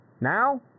Now